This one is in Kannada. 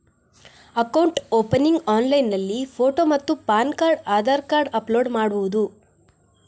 ಅಕೌಂಟ್ ಓಪನಿಂಗ್ ಆನ್ಲೈನ್ನಲ್ಲಿ ಫೋಟೋ ಮತ್ತು PAN card Aadhaar card upload ಮಾಡುವುದು?